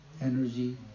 energy